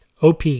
OP